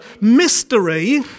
mystery